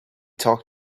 talk